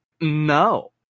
no